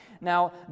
now